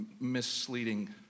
misleading